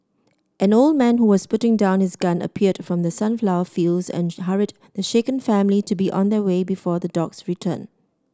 an old man who was putting down his gun appeared from the sunflower fields and hurried the shaken family to be on their way before the dogs return